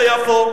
שאני הולך ליפו,